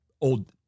old